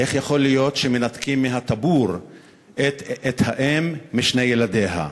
איך יכול להיות שמנתקים מטבור האם את שני ילדיה?